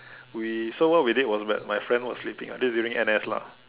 we so what we did was bad my friend was sleeping this is during N_S lah